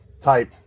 type